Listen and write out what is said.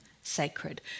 sacred